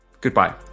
Goodbye